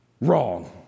Wrong